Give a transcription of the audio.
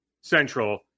Central